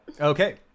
Okay